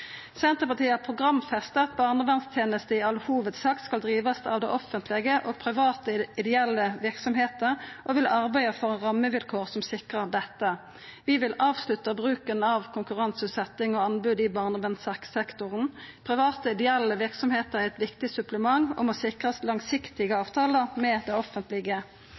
Senterpartiet har programfesta at barnevernstenester i all hovudsak skal drivast av det offentlege og private ideelle verksemder og vil arbeida for rammevilkår som sikrar dette. Vi vil avslutta bruken av konkurranseutsetjing og anbod i barnevernssektoren. Private ideelle verksemder er eit viktig supplement og må sikrast langsiktige avtalar med det offentlege.